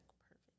perfect